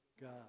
God